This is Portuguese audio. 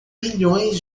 milhões